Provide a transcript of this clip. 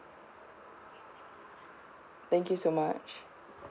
thank you so much